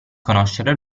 conoscere